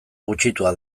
gutxitua